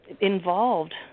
involved